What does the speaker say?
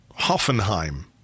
Hoffenheim